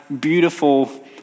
beautiful